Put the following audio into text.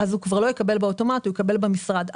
הוא כבר לא יקבל באוטומט אלא הוא יקבל במשרד.